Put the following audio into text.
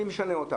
אני משנה אותם.